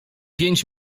pięć